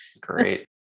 great